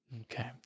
Okay